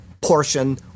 portion